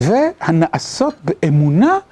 והנעשות באמונה.